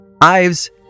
Ives